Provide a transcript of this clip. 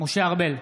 משה ארבל,